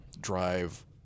drive